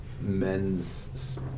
men's